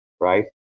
right